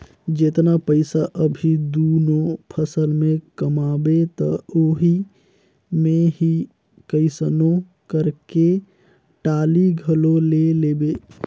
जेतना पइसा अभी दूनो फसल में कमाबे त ओही मे ही कइसनो करके टाली घलो ले लेबे